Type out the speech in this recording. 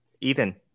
Ethan